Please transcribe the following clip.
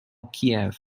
kiev